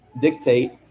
dictate